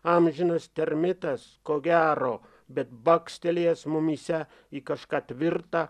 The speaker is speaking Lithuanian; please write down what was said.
amžinas termitas ko gero bet bakstelėjęs mumyse į kažką tvirtą